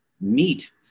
meet